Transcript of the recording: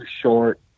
short